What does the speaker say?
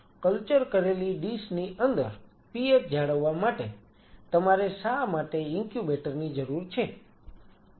culture કરેલી dish ની અંદર pH જાળવવા માટે તમારે શા માટે ઇન્ક્યુબેટર ની જરૂર છે